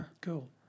Cool